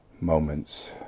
moments